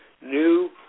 new